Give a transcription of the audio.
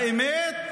האמת,